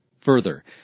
Further